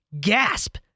gasp